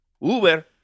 uber